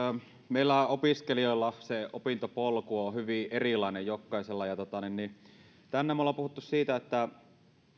meillä opiskelijoilla se opintopolku on hyvin erilainen jokaisella tänään me olemme puhuneet siitä että